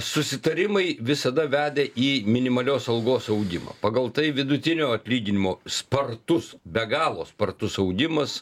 susitarimai visada vedė į minimalios algos augimą pagal tai vidutinio atlyginimo spartus be galo spartus augimas